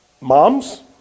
Moms